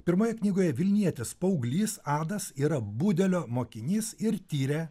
pirmoje knygoje vilnietis paauglys adas yra budelio mokinys ir tiria